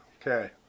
okay